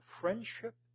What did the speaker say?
friendship